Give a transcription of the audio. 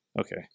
Okay